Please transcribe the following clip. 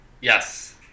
Yes